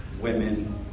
women